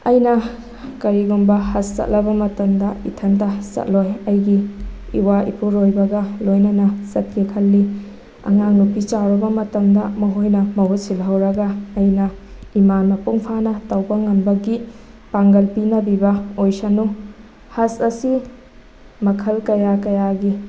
ꯑꯩꯅ ꯀꯔꯤꯒꯨꯝꯕ ꯍꯁ ꯆꯠꯂꯕ ꯃꯇꯝꯗ ꯏꯊꯟꯇ ꯆꯠꯂꯣꯏ ꯑꯩꯒꯤ ꯏꯋꯥ ꯏꯄꯨꯔꯣꯏꯕꯒ ꯂꯣꯏꯅꯅ ꯆꯠꯀꯦ ꯈꯜꯂꯤ ꯑꯉꯥꯡ ꯅꯨꯄꯤ ꯆꯥꯎꯔꯕ ꯃꯇꯝꯗ ꯃꯈꯣꯏꯅ ꯃꯍꯨꯠ ꯁꯤꯜꯍꯧꯔꯒ ꯑꯩꯅ ꯏꯃꯥꯟ ꯃꯄꯨꯡ ꯐꯥꯅ ꯇꯧꯕ ꯉꯝꯕꯒꯤ ꯄꯥꯡꯒꯜ ꯄꯤꯅꯕꯤꯕ ꯑꯣꯏꯁꯅꯨ ꯍꯁ ꯑꯁꯤ ꯃꯈꯜ ꯀꯌꯥ ꯀꯌꯥꯒꯤ